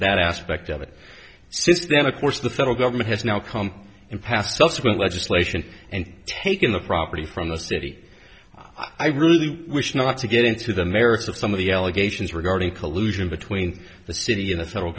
that aspect of it since then of course the federal government has now come and passed subsequent legislation and taking the property from the city i really wish not to get into the merits of some of the allegations regarding collusion between the city and the federal